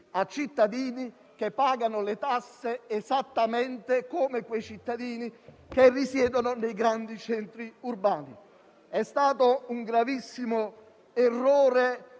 a cittadini che pagano le tasse esattamente come i cittadini che risiedono nei grandi centri urbani. È stato un gravissimo errore